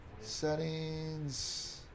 settings